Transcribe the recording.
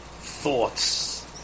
thoughts